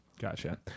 gotcha